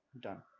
done